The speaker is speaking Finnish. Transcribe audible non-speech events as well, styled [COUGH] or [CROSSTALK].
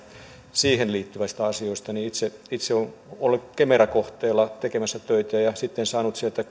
siihen liittyvistä asioista ja itse olen ollut kemera kohteella tekemässä töitä ja sitten saanut sieltä [UNINTELLIGIBLE]